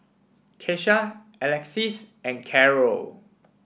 Kesha Alexys and Carrol